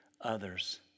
others